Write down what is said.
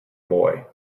boy